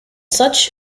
such